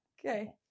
Okay